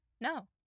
No